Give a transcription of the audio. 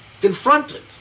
confronted